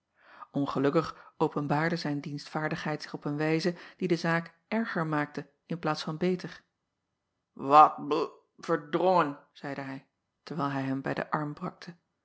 ngelukkig openbaarde zijn dienstvaardigheid zich op een wijze die de zaak erger maakte in plaats van beter at bl erdrongen zeide hij terwijl hij hem bij den arm